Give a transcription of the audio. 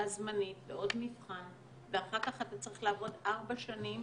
זמנית ועוד מבחן ואחר כך אתה צריך לעבוד ארבע שנים,